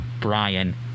brian